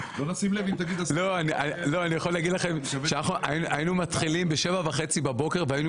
אני יכול להגיד לכם שהיינו מתחילים ב-07:30 בבוקר והיינו